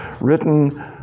written